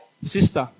Sister